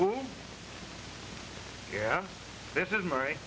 oh oh yeah this is marie